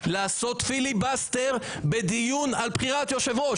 לעשות פיליבסטר בדיון על בחירת יושב-ראש,